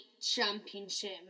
Championship